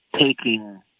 taking